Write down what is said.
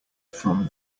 from